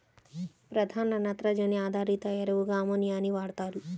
ప్రధాన నత్రజని ఆధారిత ఎరువుగా అమ్మోనియాని వాడుతారు